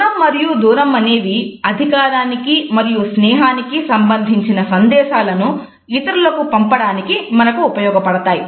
స్థలం మరియు దూరం అనేవి అధికారానికి మరియు స్నేహానికి సంబంధించిన సందేశాలను ఇతరులకు పంపడానికి మనకు ఉపయోగపడతాయి